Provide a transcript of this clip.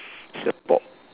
support